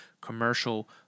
commercial